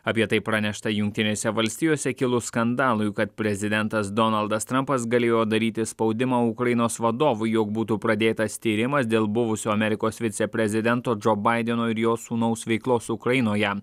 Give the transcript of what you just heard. apie tai pranešta jungtinėse valstijose kilus skandalui kad prezidentas donaldas trampas galėjo daryti spaudimą ukrainos vadovui jog būtų pradėtas tyrimas dėl buvusio amerikos viceprezidento džo baideno ir jo sūnaus veiklos ukrainoje